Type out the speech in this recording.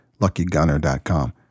LuckyGunner.com